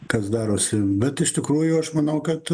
kas darosi bet iš tikrųjų aš manau kad